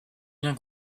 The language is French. bien